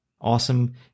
awesome